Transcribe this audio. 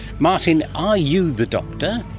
martin, are you the doctor?